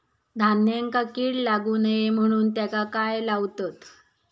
धान्यांका कीड लागू नये म्हणून त्याका काय लावतत?